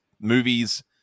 movies